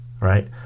right